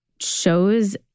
shows